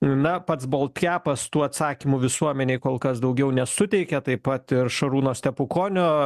na pats balt kepas tų atsakymų visuomenei kol kas daugiau nesuteikia taip pat ir šarūno stepukonio